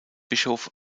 bischof